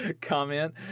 comment